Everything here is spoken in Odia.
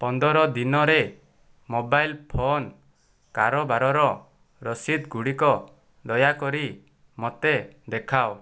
ପନ୍ଦର ଦିନରେ ମୋବାଇଲ ଫୋନ୍ କାରବାରର ରସିଦଗୁଡ଼ିକ ଦୟାକରି ମୋତେ ଦେଖାଅ